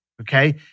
okay